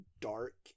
dark